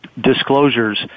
disclosures